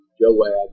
Joab